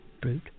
brute